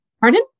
pardon